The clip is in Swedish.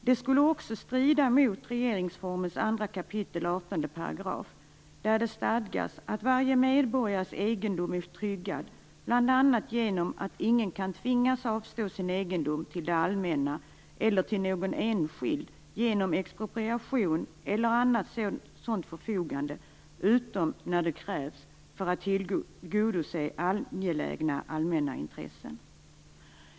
Det skulle också strida mot regeringsformens 2 kap. 18 §, där det stadgas att varje medborgares egendom är tryggad bl.a. genom att ingen kan tvingas att avstå sin egendom till det allmänna eller till någon enskild genom expropriation eller annat sådant förfogande, utom när det krävs för att tillgodose angelägna allmänna intressen.